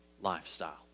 lifestyle